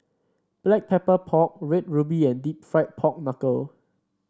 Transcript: Black Pepper Pork Red Ruby and deep fried Pork Knuckle